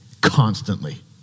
constantly